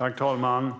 Herr talman!